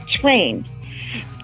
Twain